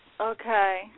Okay